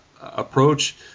approach